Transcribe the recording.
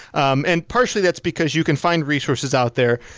um and partially, that's because you can find resources out there,